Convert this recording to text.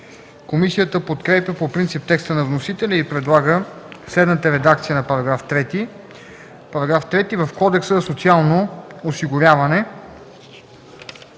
Комисията подкрепя по принцип текста на вносителя и предлага следната редакция на § 3: „§ 3. В Кодекса за социално осигуряване